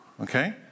Okay